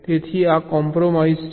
તેથી આ કોમ્પ્રોમાઇઝ છે